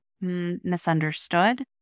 misunderstood